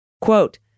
Quote